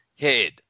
head